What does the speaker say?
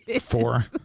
Four